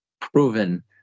proven